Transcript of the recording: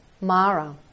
Mara